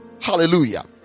Hallelujah